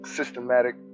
systematic